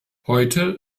heute